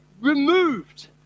Removed